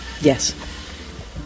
Yes